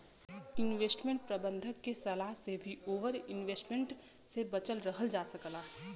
investment प्रबंधक के सलाह से भी ओवर इन्वेस्टमेंट से बचल रहल जा सकला